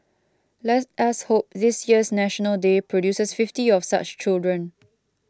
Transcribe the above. let us hope this year's National Day produces fifty of such children